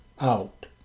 out